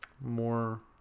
more